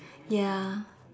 ya